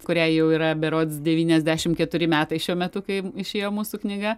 kuriai jau yra berods devyniasdešimt keturi metai šiuo metu kai išėjo mūsų knyga